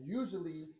usually